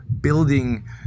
building